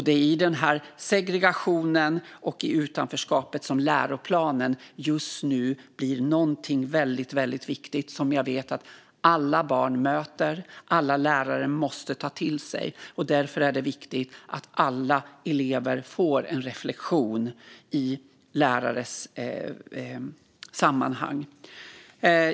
Det är i den här segregationen och i utanförskapet som läroplanen just nu blir något väldigt viktigt som alla barn möter och som alla lärare måste ta till sig. Därför är det viktigt att alla elever får en reflektion i lärares sammanhang.